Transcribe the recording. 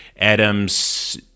Adam's